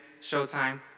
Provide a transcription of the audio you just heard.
Showtime